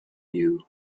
you